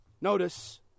Notice